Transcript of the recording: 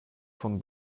von